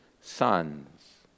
sons